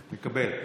מקבל.